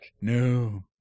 No